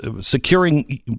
securing